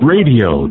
Radio